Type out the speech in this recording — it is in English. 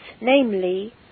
namely